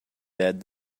dead